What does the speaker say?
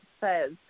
says